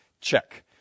Check